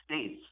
States